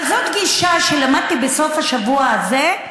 אבל זאת גישה שלמדתי בסוף השבוע הזה.